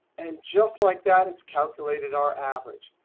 and just like that, it's calculated our average.